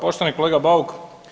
Poštovani kolega Bauk.